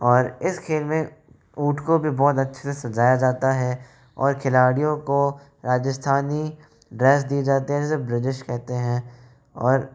और इसके में ऊंट को भी बहुत अच्छे से सजाया जाता है और खिलाड़ियों को राजस्थानी ड्रेस दी जाती है जिसे ब्रिजेश कहते हैं और